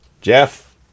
Jeff